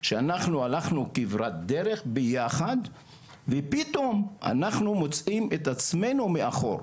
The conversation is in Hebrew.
שאנחנו הלכנו כברת דרך ביחד ופתאום אנחנו מוצאים את עצמנו מאחור.